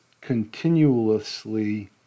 continuously